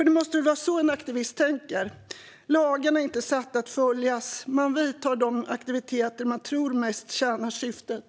Det måste väl vara så en aktivist tänker, alltså att lagarna inte är stiftade för att följas utan att man gör de aktiviteter som man tror mest tjänar syftet?